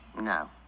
No